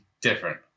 different